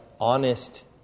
honest